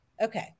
Okay